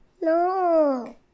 No